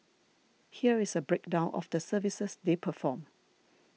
here is a breakdown of the services they perform